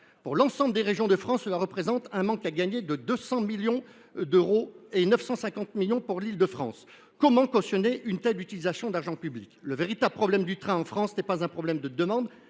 Pour l’ensemble des régions de France, cela représenterait un manque à gagner de 200 millions d’euros, et jusqu’à 950 millions d’euros pour l’Île de France. Comment cautionner une telle utilisation de l’argent public ? Le véritable problème du train en France n’est pas la demande,